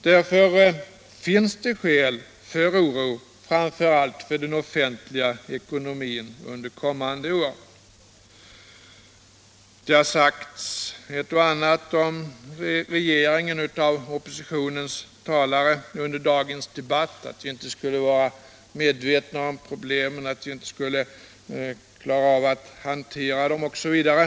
Därför finns det under kommande år skäl till oro och då framför allt för den offentliga ekonomin. Oppositionens talare har under dagens debatt sagt ett och annat om regeringen: vi skulle inte vara medvetna om problemen, vi skulle inte klara dem osv.